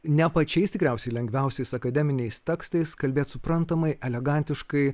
ne pačiais tikriausiai lengviausiais akademiniais tekstais kalbėti suprantamai elegantiškai